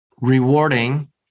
rewarding